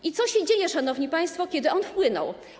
I co się dzieje, szanowni państwo, kiedy on wpłynął?